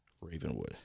Ravenwood